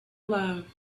love